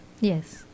yes